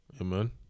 Amen